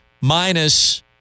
minus